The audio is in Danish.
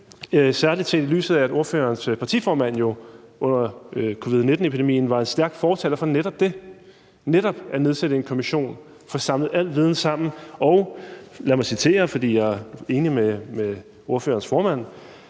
særlig set i lyset af at ordførerens partiformand jo under covid-19-epidemien var en stærk fortaler for netop det – netop at nedsætte en kommission og få samlet al viden sammen? Og lad mig citere, for jeg er enig med ordførerens formand: